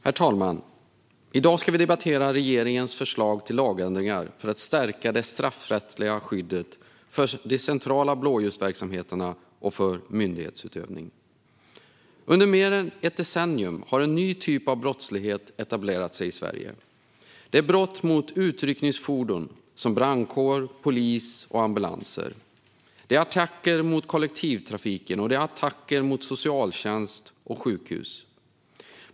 Herr talman! I dag debatterar vi regeringens förslag till lagändringar för att stärka det straffrättsliga skyddet för de centrala blåljusverksamheterna och för myndighetsutövning. Under mer än ett decennium har en ny typ av brottslighet etablerat sig i Sverige. Det är brott mot utryckningsfordon som brandkår, polis och ambulanser. Det är attacker mot kollektivtrafiken, och det är attacker mot socialtjänst och sjukhus.